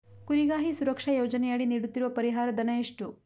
ಕುರಿಗಾಹಿ ಸುರಕ್ಷಾ ಯೋಜನೆಯಡಿ ನೀಡುತ್ತಿರುವ ಪರಿಹಾರ ಧನ ಎಷ್ಟು?